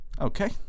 Okay